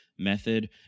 method